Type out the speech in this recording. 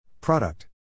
Product